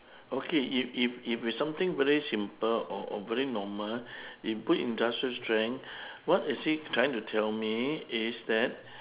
okay if if if it's something very simple or or very normal you put industrial strength what is he trying to tell me is that